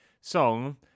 song